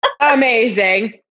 Amazing